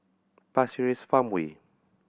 Pasir Ris Farmway